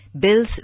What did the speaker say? bills